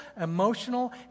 emotional